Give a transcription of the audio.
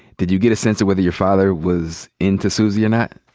did you get a sense of whether your father was into suzy or not?